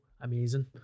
amazing